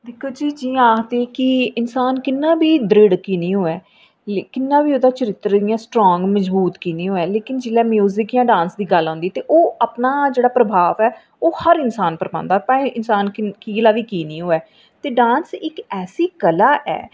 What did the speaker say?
दिक्खो जी जि'यां आखदे इन्सान किन्ना बी द्रिड़ की नीं होऐ किन्ना बी ओह्दा चरित्र स्ट्रांग मजबूत की नीं होऐ लेकिन जिसलै म्यूज़िक जां ड़ांस दी गल्ल होंदी ते ओह् अपना जेह्ड़ा प्रभाव ऐ ओह् हर इन्सान पर पांदा भामें इन्सान कियां जेहा बी की नीं होए ते ड़ांस इक ऐसी कला ऐ